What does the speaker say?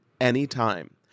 anytime